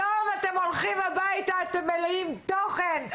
היום, אתם הולכים הביתה אתם מלאים תוכן.